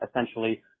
essentially